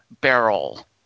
Barrel